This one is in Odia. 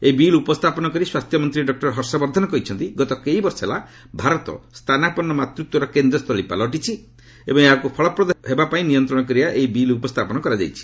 ଏହି ବିଲ୍ ଉପସ୍ଥାପନ କରି ସ୍ୱାସ୍ଥ୍ୟମନ୍ତ୍ରୀ ଡକ୍କର ହର୍ଷବର୍ଦ୍ଧନ କହିଛନ୍ତି ଗତ କେଇ ବର୍ଷ ହେଲା ଭାରତ ସ୍ଥାନାପନ୍ତ ମାତୃତ୍ୱର କେନ୍ଦ୍ରସ୍ଥଳୀ ପାଲଟିଛି ଏବଂ ଏହାକୁ ଫଳପ୍ରଦ ହେବ ନିୟନ୍ତ୍ରଣ କରିବା ଲାଗି ଏହି ବିଲ୍ ଉପସ୍ଥାପନ କରାଯାଇଛି